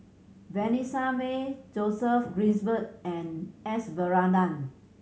Vanessa Mae Joseph Grimberg and S Varathan